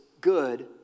good